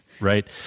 Right